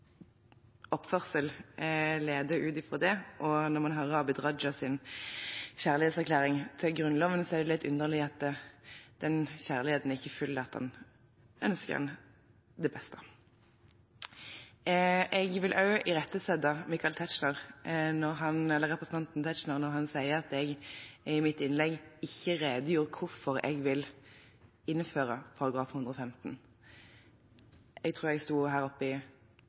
ut ifra det. Når man hører Abid Q. Rajas kjærlighetserklæring til Grunnloven, er det litt underlig at den kjærligheten ikke følges av at han ønsker den det beste. Jeg vil også irettesette representanten Tetzschner, når han sier at jeg i mitt innlegg ikke redegjorde for hvorfor jeg vil innføre ny § 115. Jeg tror jeg sto her oppe i